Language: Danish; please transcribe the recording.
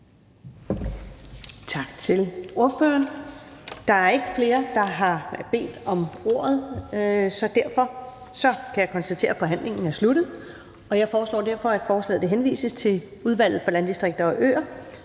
Tak til ordføreren. Der er ikke flere, der har bedt om ordet, så derfor kan jeg konstatere, at forhandlingen er sluttet. Jeg foreslår derfor, at forslaget henvises til Udvalget for Landdistrikter og Øer.